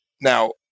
Now